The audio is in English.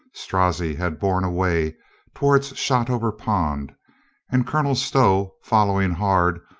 strozzi had borne away toward shotover pond and colonel stow, following hard,